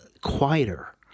quieter